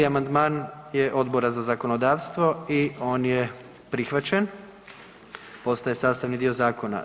1. amandman je Odbora za zakonodavstvo i on je prihvaćen, postaje sastavni dio zakona.